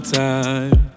time